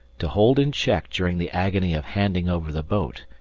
to hold in check during the agony of handing over the boat,